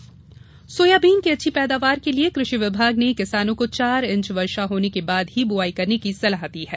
soybean बोनी soybean की अच्छी पैदावार के लिए कृषि विभाग ने किसानों को चार इंच वर्षा होने के बाद ही बुवाई करने की सलाह दी है